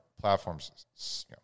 platform's